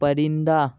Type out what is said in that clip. پرندہ